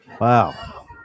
Wow